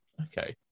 Okay